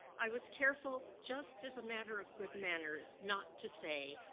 i was careful, just as a matter of good manners not to say,